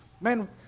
Man